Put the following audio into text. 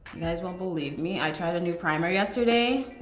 guys won't believe me, i tried a new primer yesterday,